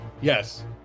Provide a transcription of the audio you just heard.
Yes